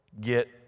get